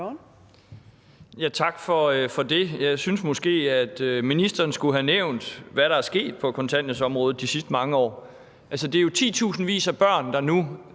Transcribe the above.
Tak for det. Jeg synes måske, at ministeren skulle have nævnt, hvad der er sket på kontanthjælpsområdet de sidste mange år. Det er jo titusindvis af børn, der nu